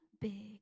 big